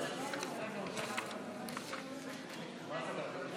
מי נגד?